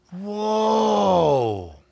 Whoa